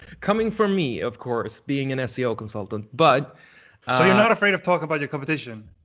coming from me, of course, being and a seo consultant. but so you're not afraid of talking about your competition.